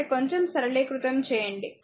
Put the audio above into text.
కాబట్టి కొంచెం సరళీకృతం చేయండి